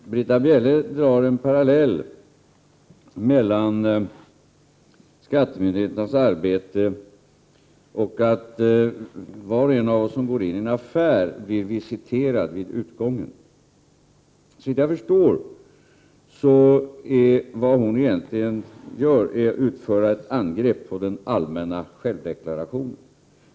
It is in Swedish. Herr talman! Britta Bjelle drar en parallell mellan skattemyndigheternas arbete och att var och en av oss som går in i en affär blir visiterad vid utgången. Vad hon egentligen gör är, såvitt jag förstår, att rikta ett angrepp på den allmänna självdeklarationen.